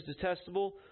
detestable